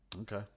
Okay